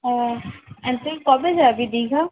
হ্যাঁ আর তুই কবে যাবি দীঘা